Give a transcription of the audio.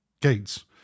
Gates